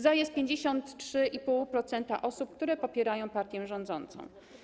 Za jest 53,5% osób, które popierają partię rządzącą.